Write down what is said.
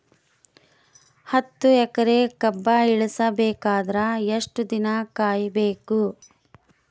ಹತ್ತು ಎಕರೆ ಕಬ್ಬ ಇಳಿಸ ಬೇಕಾದರ ಎಷ್ಟು ದಿನ ಕಾಯಿ ಬೇಕು?